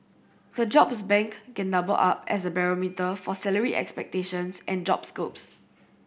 the jobs bank can double up as a barometer for salary expectations and job scopes